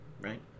right